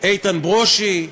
איתן ברושי,